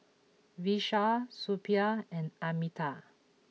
Vishal Suppiah and Amitabh